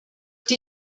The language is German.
die